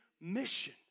mission